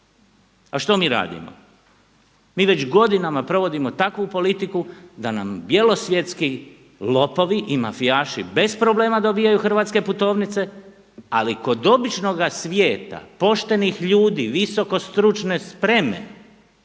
A što mi radimo? Mi već godinama provodimo takvu politiku da nam bjelosvjetski lopovi i mafijaši bez problema dobivaju hrvatske putovnice ali kod običnoga svijeta poštenih ljudi, visokostručne spreme,